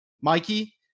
Mikey